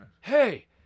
Hey